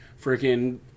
freaking